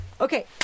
Okay